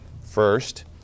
first